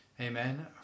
Amen